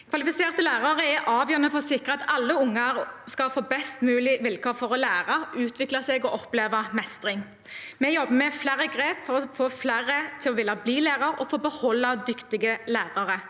Kvalifiserte lærere er avgjørende for å sikre at alle unger skal få best mulige vilkår for å lære, utvikle seg og oppleve mestring. Vi jobber med flere grep for å få flere til å ville bli lærer og for å beholde dyktige lærere.